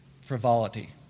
frivolity